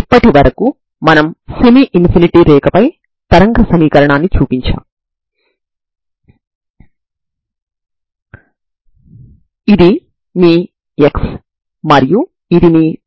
ఇప్పుడు మీరు T లలో ఉన్న సమీకరణం Tt2c2Tt0 ని పరిష్కరించడానికి ప్రయత్నించండి ఇక్కడ t 0